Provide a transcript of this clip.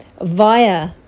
via